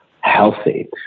healthy